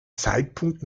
zeitpunkt